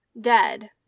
dead